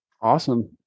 Awesome